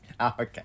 Okay